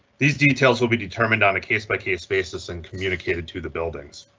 these details will be determined on a case by case basis and communicated to the buildings.